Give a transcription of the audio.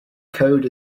code